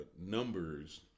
numbers